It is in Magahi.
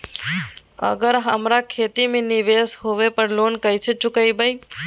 अगर हमरा खेती में निवेस होवे पर लोन कैसे चुकाइबे?